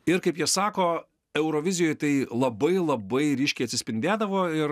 ir kaip jie sako eurovizijoj tai labai labai ryškiai atsispindėdavo ir